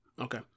Okay